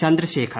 Chandrasekhar